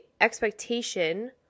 expectation